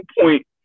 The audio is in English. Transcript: point